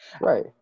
Right